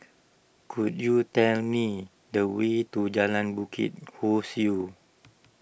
could you tell me the way to Jalan Bukit Ho Swee